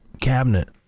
cabinet